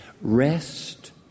rest